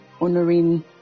honoring